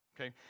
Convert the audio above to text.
Okay